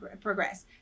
progress